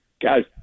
guys